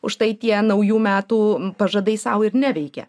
užtai tie naujų metų pažadai sau ir neveikia